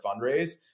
fundraise